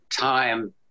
time